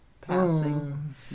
passing